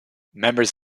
members